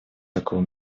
такого